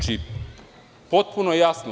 Potpuno je jasno.